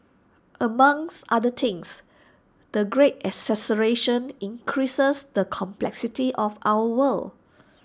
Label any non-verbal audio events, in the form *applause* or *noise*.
among *unintelligible* other things the great acceleration increases the complexity of our world